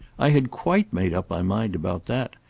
i had quite made up my mind about that.